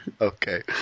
Okay